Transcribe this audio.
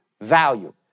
value